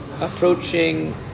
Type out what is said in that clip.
approaching